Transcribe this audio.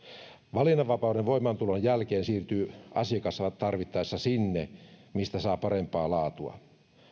valinnanvapauden voimaantulon jälkeen siirtyy asiakas tarvittaessa sinne mistä saa parempaa laatua